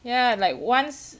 ya like once